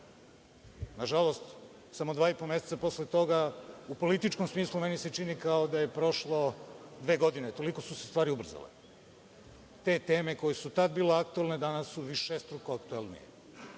samo dva i po meseca posle toga u političkom smislu meni se čini kao da je prošlo dve godine, toliko su se stvari ubrzale. Te teme koje su tada bile aktuelne danas su višestruko aktuelnije,